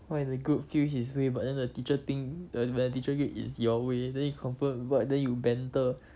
what if the group feel his way but then the teacher think the is your way then you confirm what then you banter